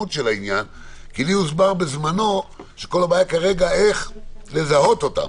לי הוסבר בזמנו שכל הבעיה כרגע היא איך לזהות אותם.